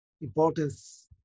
importance